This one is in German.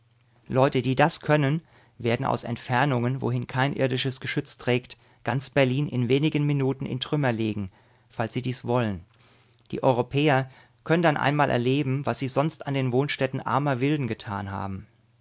leute die das können werden aus entfernungen wohin kein irdisches geschütz trägt ganz berlin in wenigen minuten in trümmer legen falls sie dies wollen die europäer können dann einmal erleben was sie sonst an den wohnstätten armer wilden getan haben